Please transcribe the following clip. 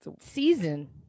season